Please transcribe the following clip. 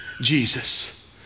Jesus